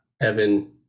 Evan